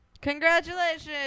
Congratulations